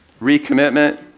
Recommitment